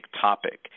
topic